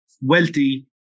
wealthy